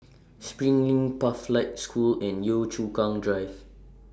SPRING LINK Pathlight School and Yio Chu Kang Drive